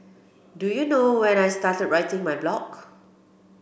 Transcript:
do you know when I started writing my blog